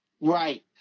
Right